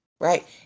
right